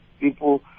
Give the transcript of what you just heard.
people